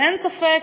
אין ספק,